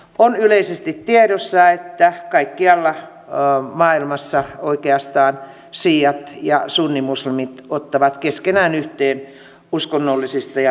on yleisesti tiedossa että oikeastaan kaikkialla maailmassa siiat ja sunnimuslimit ottavat keskenään yhteen uskonnollisista ja fundamentaalisista syistä